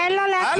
תן לו להקריא.